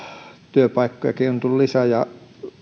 työpaikkojakin on tullut lisää ja